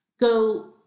go